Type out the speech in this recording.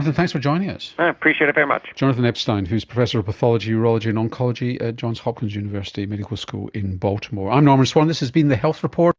thanks for joining us. i appreciate it very much. jonathan epstein, who is professor of pathology, urology and oncology at johns hopkins university medical school in baltimore. i'm norman swan, this has been the health report